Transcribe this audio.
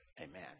amen